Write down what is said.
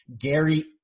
Gary